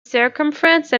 circumference